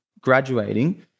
graduating